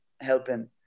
helping